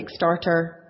Kickstarter